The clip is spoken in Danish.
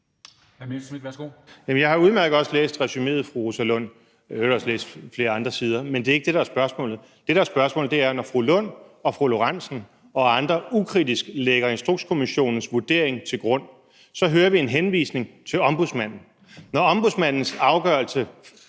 Jeg har udmærket også læst resuméet, fru Rosa Lund, og jeg har i øvrigt også læst flere andre sider, men det er ikke det, der er spørgsmålet. Det, der er spørgsmålet, er, at når fru Rosa Lund, fru Karina Lorentzen Dehnhardt og andre ukritisk lægger Instrukskommissionens vurdering til grund, hører vi en henvisning til Ombudsmanden. Og Ombudsmandens afgørelse